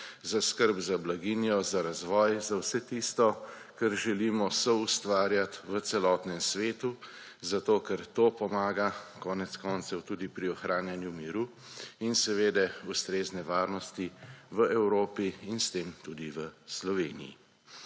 za skrb za blaginjo, za razvoj, za vse tisto, kar želimo soustvarjati v celotnem svetu, zato ker to pomaga konec koncev tudi pri ohranjanju miru in ustrezne varnosti v Evropi in s tem tudi v Sloveniji.